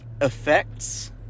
effects